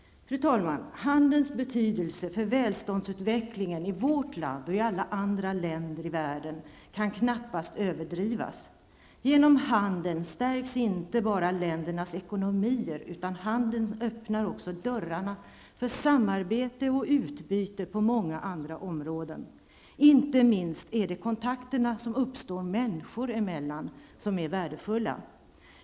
Handelns betydelse för välståndsutvecklingen i vårt land och i alla andra länder i världen kan knappast överdrivas. Genom handeln stärks inte bara ländernas ekonomier utan handeln öppnar också dörrarna för samarbete och utbyte på många andra områden. Inte minst är det kontakterna som uppstår människor emellan som är värdefulla.